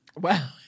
Wow